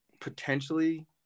potentially